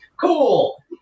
Cool